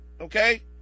Okay